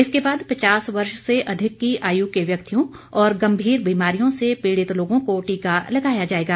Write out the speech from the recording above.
इसके बाद पचास वर्ष से अधिक की आयु के व्यक्तियों और गंभीर बीमारियों से पीड़ित लोगों को टीका लगाया जाएगा